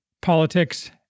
politics